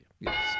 Yes